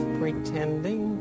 pretending